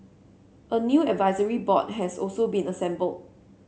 a new advisory board has also been assembled